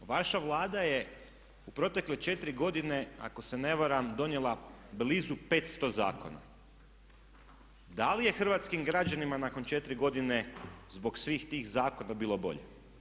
Vaša Vlada je u protekle 4 godine ako se ne varam donijela blizu 500 zakona, da li je hrvatskim građanima nakon 4 godine zbog svih tih zakona bilo bolje?